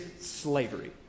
slavery